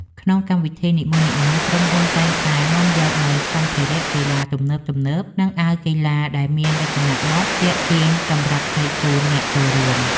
ក្នុងកម្មវិធីនីមួយៗ ក្រុមហ៊ុនតែងតែនាំយកនូវសម្ភារៈកីឡាទំនើបៗ និងអាវកីឡាដែលមានរចនាបថទាក់ទាញសម្រាប់ចែកជូនអ្នកចូលរួម។